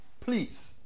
please